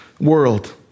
world